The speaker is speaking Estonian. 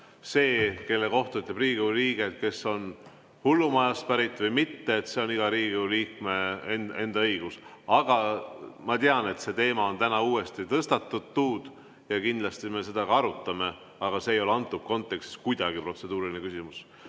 See, kelle kohta Riigikogu liige ütleb, et kas ta on hullumajast pärit või mitte, on iga Riigikogu liikme enda õigus. Ma tean, et see teema on täna uuesti tõstatatud ja kindlasti me seda ka arutame, aga see ei ole antud kontekstis kuidagi protseduuriline küsimus.